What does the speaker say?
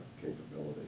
capability